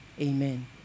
Amen